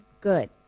Good